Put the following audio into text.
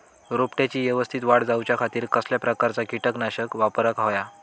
रोपट्याची यवस्तित वाढ जाऊच्या खातीर कसल्या प्रकारचा किटकनाशक वापराक होया?